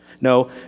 No